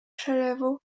przelewu